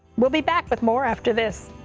we'll be back with more after this.